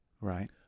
Right